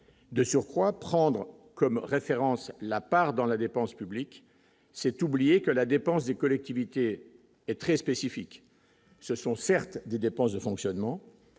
de surcroît prendre comme référence la part dans la dépense publique, c'est oublier que la dépense des collectivités est très spécifique, ce sont certes des dépenses de fonctionnement,